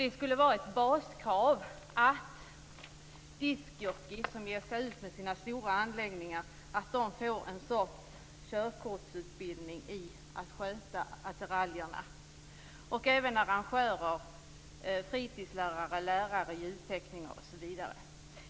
Det borde vara ett baskrav att diskjockeyer som ger sig ut med sina stora anläggningar får en sorts körkortsutbildning i att sköta attiraljerna, och även arrangörer, fritidsledare, lärare, ljudtekniker osv.